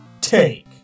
take